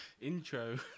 Intro